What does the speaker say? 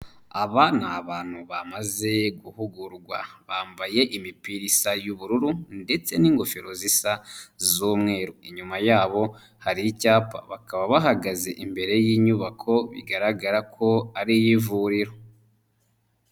Aba ni abantu bamaze guhugurwa bambaye imipira isa y'ubururu ndetse n'ingofero zisa z'umweru, inyuma yabo hari icyapa bakaba bahagaze imbere y'inyubako bigaragara ko ari iy'ivuriro.